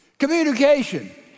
Communication